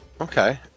Okay